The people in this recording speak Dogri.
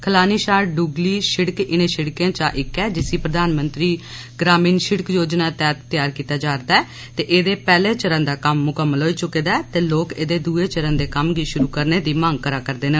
खलानी शां डूगली सिड़क इ'नें सिड़कें चां इक ऐ जिसी प्रधानमंत्री ग्रामीण सिड़क योजना तैहत तैयार कीता जा'रदा ऐ ते एहदा पैहले चरण दा कम्म मुक्कमल होई चुके दा ऐ ते लोक एहदे दुए चरण दे कम्म गी शुरु करने दी मंग करा'रदे न